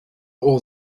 all